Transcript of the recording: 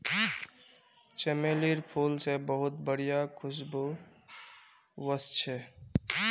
चमेलीर फूल से बहुत बढ़िया खुशबू वशछे